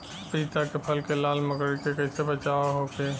पपीता के फल के लाल मकड़ी से कइसे बचाव होखि?